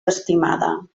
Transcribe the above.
estimada